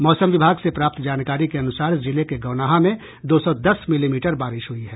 मौसम विभाग से प्राप्त जानकारी के अनुसार जिले के गौनाहा में दो सौ दस मिलीमीटर बारिश हुई है